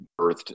birthed